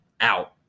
out